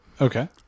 Okay